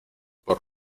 por